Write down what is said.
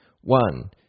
one